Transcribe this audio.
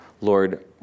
Lord